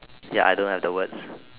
ya I don't have the words